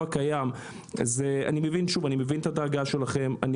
אני מבין את הדאגה שלכם,